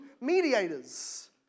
mediators